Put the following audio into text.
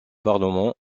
parlement